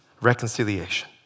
reconciliation